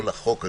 או לחוק,